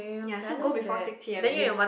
ya so go before six P_M and you